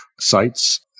sites